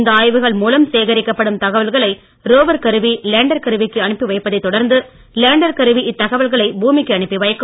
இந்த மூலம் சேகரிக்கப்படும் தகவல்களைரோவர் கருவி லேண்டர் கருவிக்கு அனுப்பி வைப்பதைத் தொடர்ந்து லேண்டர் கருவி இத்தகவல்களை பூமிக்கு அனுப்பிவைக்கும்